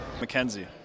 Mackenzie